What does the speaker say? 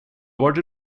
varit